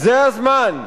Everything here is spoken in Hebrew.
זה הזמן,